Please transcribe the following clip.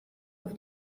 auf